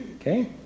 Okay